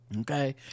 Okay